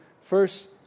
First